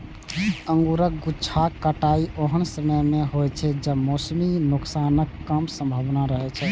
अंगूरक गुच्छाक कटाइ ओहन समय मे होइ छै, जब मौसमी नुकसानक कम संभावना रहै छै